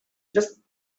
just